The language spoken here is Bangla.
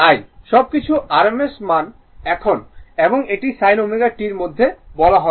সবকিছু rms এখন এবং এটি sin ω t মধ্যে বলা হয় সব rms হয়